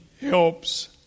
helps